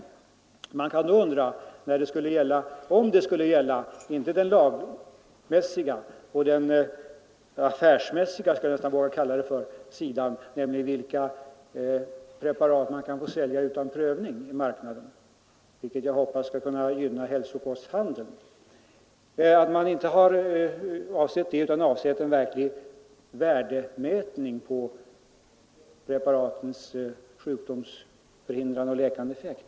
Jag utgår från att undersökningen inte endast skall gälla den lagmässiga och den så att säga affärsmässiga sidan, alltså vilka preparat man skall få sälja på marknaden utan prövning — vilket jag hoppas kommer att gynna hälsokosthandeln — utan att avsikten med undersökningen också är en verklig värdemätning av preparatens sjukdomsförhindrande och läkande effekt.